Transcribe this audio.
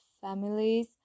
families